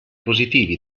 positivi